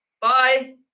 bye